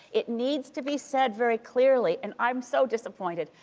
it needs to be said very clearly and i'm so disappointed,